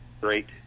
great